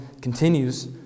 continues